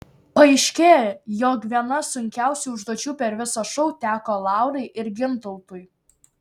paaiškėjo jog viena sunkiausių užduočių per visą šou teko laurai ir gintautui